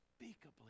unspeakably